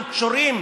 אנחנו קשורים